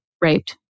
raped